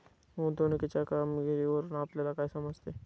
गुंतवणुकीच्या कामगिरीवरून आपल्याला काय समजते?